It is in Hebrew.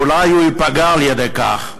אולי הוא ייפגע על-ידי כך.